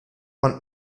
man